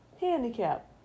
handicap